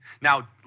Now